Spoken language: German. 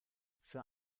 für